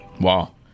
wow